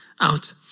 out